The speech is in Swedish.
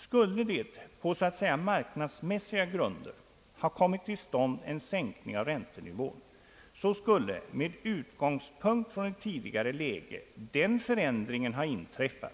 Skulle det så att säga på marknadsmässiga grunder ha kommit till stånd en sänkning av räntenivån, så skulle med utgångspunkt från det tidigare läget den förändringen ha inträffat